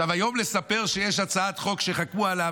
היום לספר שיש הצעת חוק שחתמו עליה